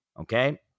okay